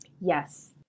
Yes